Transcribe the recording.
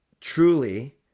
truly